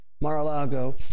Mar-a-Lago